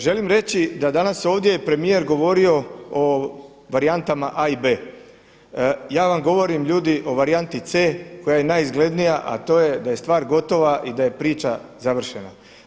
Želim reći da danas je ovdje premijer govorio o varijantama A i B. Ja vam govorim ljudi o varijanti C koja je najizglednija, a to je da je stvar gotova i da je priča završena.